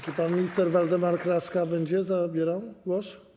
Czy pan minister Waldemar Kraska będzie zabierał głos?